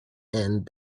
and